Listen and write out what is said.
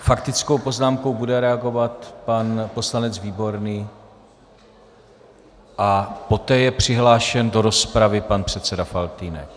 Faktickou poznámkou bude reagovat pan poslanec Výborný a poté je přihlášen do rozpravy pan předseda Faltýnek.